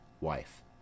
wife